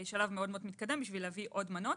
בשלב מאוד מתקדם בשביל להביא עוד מנות.